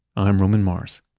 i'm roman mars